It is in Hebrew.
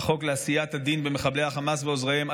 החוק לעשיית הדין במחבלי החמאס ועוזריהם.